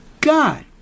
God